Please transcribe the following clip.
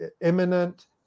imminent